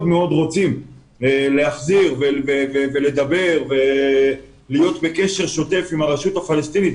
רוצים להחזיר ולדבר ולהיות בקשר שוטף עם הרשות הפלסטינית.